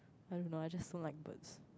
I don't know I just don't like birds